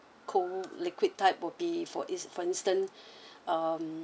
cold liquid type will be for in~ for instance um